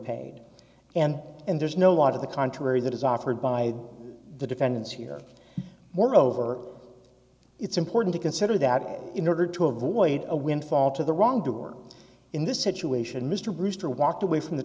paid and and there's no want to the contrary that is offered by the defendants here moreover it's important to consider that in order to avoid a windfall to the wrong door in this situation mr brewster walked away from the